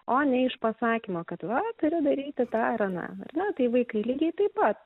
o ne iš pasakymo kad va turiu daryti tą ir aną na tai vaikai lygiai taip pat